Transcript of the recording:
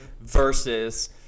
versus